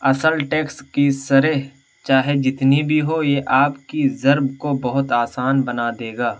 اصل ٹیکس کی شرح چاہے جتنی بھی ہو یہ آپ کی ضرب کو بہت آسان بنا دے گا